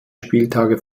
spieltage